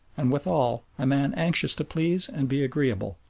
and withal a man anxious to please and be agreeable,